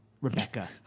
Rebecca